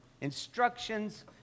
Instructions